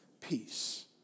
peace